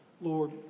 Lord